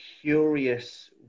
curious